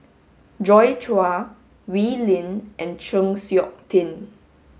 Joi Chua Wee Lin and Chng Seok Tin